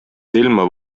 silma